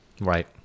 Right